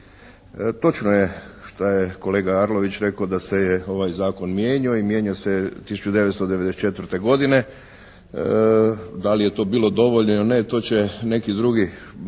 Točno je šta je kolega Arlović rekao da se je ovaj zakon mijenjao i mijenjao se 1994. godine. Da li je to bilo dovoljno ili ne, to će neki drugi najbolje